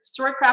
Storycraft